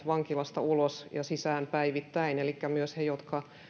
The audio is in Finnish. vankilasta ulos ja sisään päivittäin elikkä myös heidät jotka